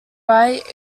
right